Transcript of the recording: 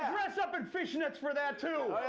dress up in fishnets for that, too.